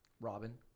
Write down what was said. Robin